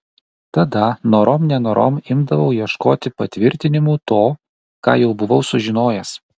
tada norom nenorom imdavau ieškoti patvirtinimų to ką jau buvau sužinojęs